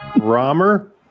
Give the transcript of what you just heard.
Romer